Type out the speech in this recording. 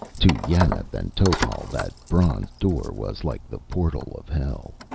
to yanath and topal that bronze door was like the portal of hell.